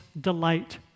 delight